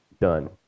done